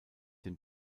den